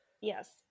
yes